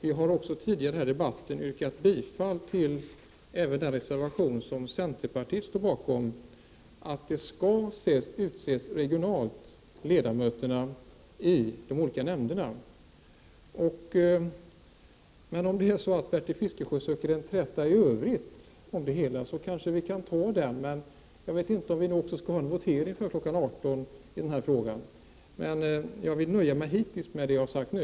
Vi har också tidigare i debatten yrkat bifall till den reservation som centerpartiet står bakom om att ledamöterna i de olika nämnderna skall utses regionalt. Men om Bertil Fiskesjö söker en träta i övrigt om det hela, kanske vi kan ta det. Jag vet inte om vi skall ha en votering också före kl. 18. Jag vill nöja mig hittills med det jag har sagt nu.